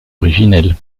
originel